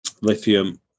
lithium